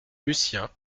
lucien